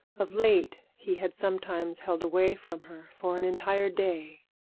of late he had sometimes held away from her for an entire day,